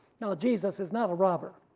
jesus is not a robber.